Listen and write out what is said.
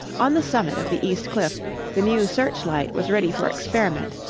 on the summit of the east cliff the new searchlight was ready for experiment,